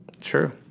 True